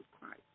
Christ